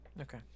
Okay